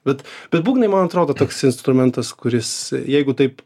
bet bet būgnai man atrodo toks instrumentas kuris jeigu taip